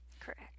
Correct